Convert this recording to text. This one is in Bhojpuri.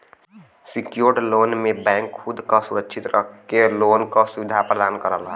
सिक्योर्ड लोन में बैंक खुद क सुरक्षित रख के लोन क सुविधा प्रदान करला